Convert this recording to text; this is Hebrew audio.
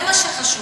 זה מה שחשוב.